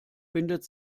bindet